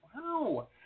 Wow